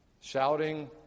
shouting